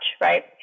right